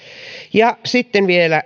ja sitten vielä